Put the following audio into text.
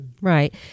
right